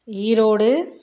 Erode